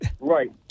Right